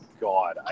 God